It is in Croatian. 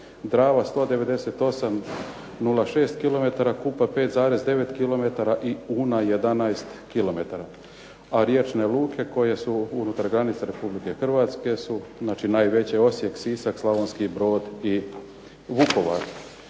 Drava 198,06 km, Kupa 5,9 km i Una 11 km. A riječne luke koje su unutar granica Republike Hrvatske su, znači najveće Osijek, Sisak, Slavonski brod i Vukovar.